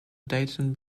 dayton